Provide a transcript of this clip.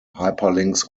hyperlinks